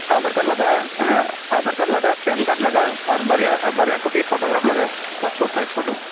Aadhaar card ᱞᱟᱜᱟᱜᱼᱟ Aadhaar card ᱞᱟᱜᱟᱜᱼᱟ PAN card ᱟᱨ ᱵᱟᱨᱭᱟ ᱵᱟᱨᱭᱟ ᱠᱳᱯᱤ ᱯᱷᱳᱴᱳᱜᱨᱟᱯ ᱞᱟᱜᱟᱜᱼᱟ ᱯᱟᱥᱯᱳᱴ ᱥᱟᱭᱤᱡ ᱯᱷᱳᱴᱳ